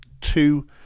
two